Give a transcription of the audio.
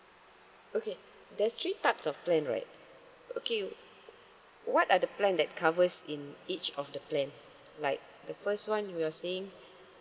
okay there's three types of plan right okay what are the plan that covers in each of the plan like the first one you're saying